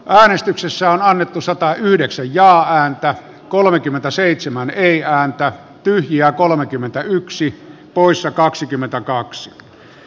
äänestyksessä annettu satayhdeksän ja ääntä kolmekymmentäseitsemän eija antaa tyyli ja kolmekymmentäyksi poissa kaksikymmentäkaksi